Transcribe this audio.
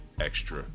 extra